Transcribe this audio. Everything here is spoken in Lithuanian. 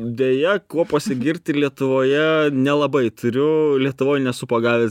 deja kuo pasigirti lietuvoje nelabai turiu lietuvoj nesu pagavęs